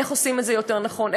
איך עושים את זה יותר נכון,